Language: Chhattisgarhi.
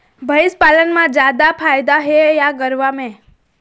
भंइस पालन म जादा फायदा हे या गरवा में?